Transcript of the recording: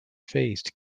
faced